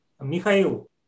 Mikhail